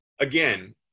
again